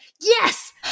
yes